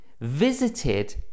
visited